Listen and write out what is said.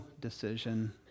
decision